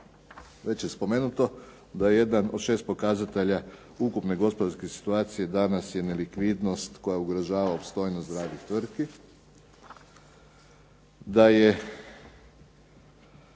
Već je spomenuto da jedan od 6 pokazatelja ukupne gospodarske situacije je nelikvidnost koja ugrožava opstojnost ... tvrtki.